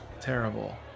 terrible